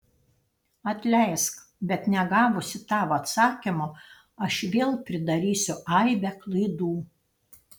atleisk bet negavusi tavo atsakymo aš vėl pridarysiu aibę klaidų